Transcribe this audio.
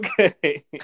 Okay